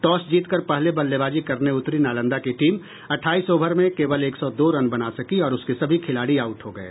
toss जीतकर पहले बल्लेवाजी करने उतरी नालंदा की टीम अठाईस ओवर में केवल एक सौ दो रन बना सकी और उसके सभी खिलाड़ी आउट हो गये